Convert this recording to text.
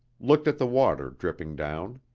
looked at the water dripping down.